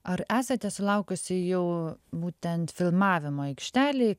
ar esate sulaukusi jau būtent filmavimo aikštelėj